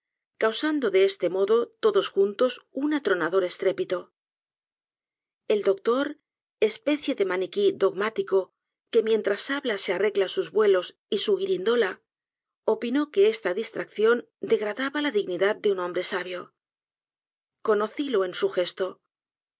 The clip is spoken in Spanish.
causando de este modo todos juntos un atronador estrépito el doctor especie de maniquí dogmático que mientras habla se arregla sus vuelos y su guirindola opinó que esta distracción degradaba la dignidad de un hombre sabio conocilo en su gesto